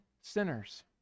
sinners